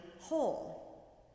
whole